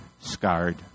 scarred